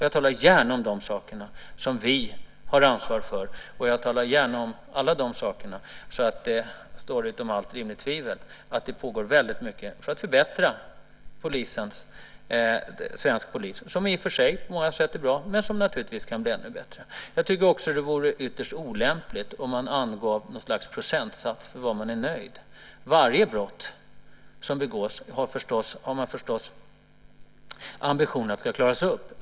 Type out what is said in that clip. Jag talar gärna om de saker som vi har ansvar för, och jag talar gärna om allt det här så att det står utom allt rimligt tvivel att det pågår väldigt mycket för att förbättra den svenska polisen. Den är i och för sig på många sätt bra, men den kan naturligtvis bli ännu bättre. Jag tycker också att det vore ytterst olämpligt om man angav något slags procentsats för när man är nöjd. Man har förstås ambitionen att varje brott som begås ska klaras upp.